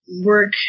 work